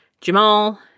Jamal